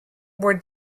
were